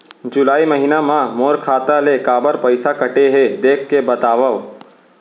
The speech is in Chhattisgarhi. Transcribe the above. जुलाई महीना मा मोर खाता ले काबर पइसा कटे हे, देख के बतावव?